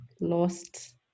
lost